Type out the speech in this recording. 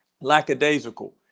Lackadaisical